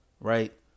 right